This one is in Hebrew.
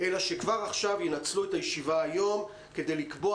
אלא שכבר עכשיו ינצלו את הישיבה היום כדי לקבוע